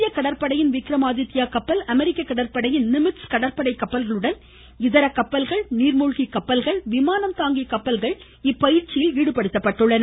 இந்திய கடற்படையின் விக்ரமாதித்யா கப்பல் அமெரிக்க கடற்படையின் நிமிட்ஸ் கடற்படை கப்பல்களுடன் இதர கப்பல்கள் நீர்மூழ்கி கப்பல்கள் விமானம் தாங்கி கப்பல்கள் இப்பயிற்சியில் ஈடுபடுத்தப்பட்டுள்ளன